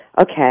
Okay